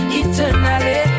eternally